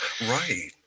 Right